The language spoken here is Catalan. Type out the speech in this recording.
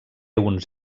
uns